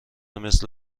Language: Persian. مثل